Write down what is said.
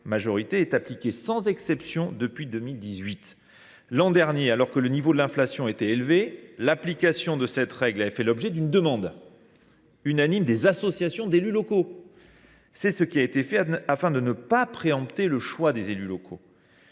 et elle est appliquée sans exception depuis 2018. L’an dernier, alors que le niveau de l’inflation était élevé, l’application de cette règle avait fait l’objet d’une demande unanime des associations d’élus locaux. C’est ce qui a été fait, afin de ne pas préempter les choix des élus locaux.